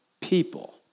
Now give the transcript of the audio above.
people